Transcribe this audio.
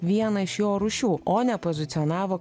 vieną iš jo rūšių o ne pozicionavo